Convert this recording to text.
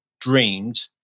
dreamed